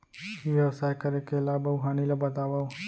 ई व्यवसाय करे के लाभ अऊ हानि ला बतावव?